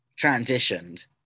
transitioned